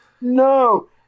no